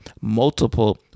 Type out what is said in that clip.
multiple